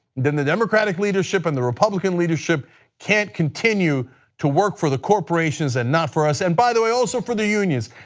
then the democratic leadership and republican leadership can't continue to work for the corporations and not for us. and by the way also for the unions.